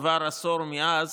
עבר עשור מאז,